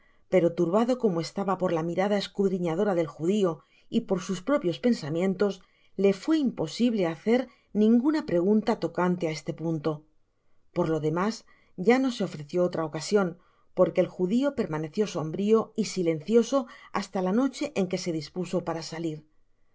pero turbado como estaba por la mirada escuadriñadora del judio y por sus propios peiisamien tos le fué imposible hacer ninguna pregunta tocante á este punto por lo demás ya no se ofreció otra ocasion porque el judio permaneció sombrio y silencioso hasta la noche en que se dispuso para salir